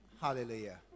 Hallelujah